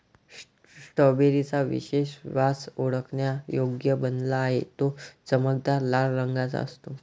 strawberry चा विशेष वास ओळखण्यायोग्य बनला आहे, तो चमकदार लाल रंगाचा असतो